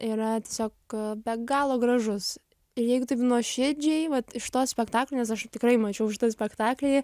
yra tiesiog be galo gražus ir jeigu taip nuoširdžiai vat iš to spektaklio nes aš tikrai mačiau šitą spektaklį